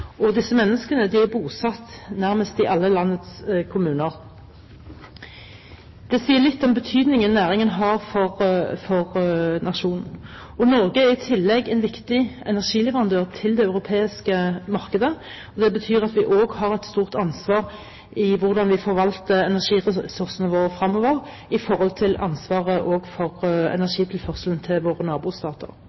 og disse menneskene er bosatt nærmest i alle landets kommuner. Det sier litt om betydningen næringen har for nasjonen. Norge er i tillegg en viktig energileverandør til det europeiske markedet, og det betyr at vi også har et stort ansvar for hvordan vi forvalter energiressursene våre fremover, også med tanke på ansvaret for energitilførselen til våre nabostater.